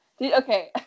Okay